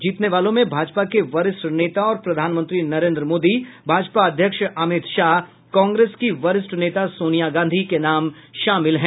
जीतने वालों में भाजपा के वरिष्ठ नेता और प्रधानमंत्री नरेन्द्र मोदी भाजपा अध्यक्ष अमित शाह कांग्रेस की वरिष्ठ नेता सोनिया गांधी शामिल हैं